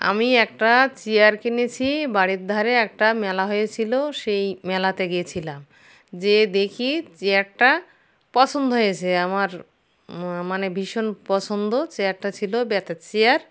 আমি একটা চেয়ার কিনেছি বারের ধারে একটা মেলা হয়েছিলো সেই মেলাতে গিয়েছিলাম যেয়ে দেখি চেয়ারটা পছন্দ হয়েছে আমার মানে ভীষণ পছন্দ চেয়ারটা ছিলো বেতের চেয়ার